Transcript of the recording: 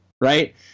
right